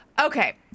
Okay